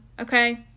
Okay